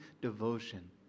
devotion